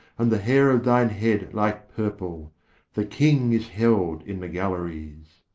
and the hair of thine head like purple the king is held in the galleries.